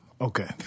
Okay